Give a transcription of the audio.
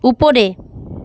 উপরে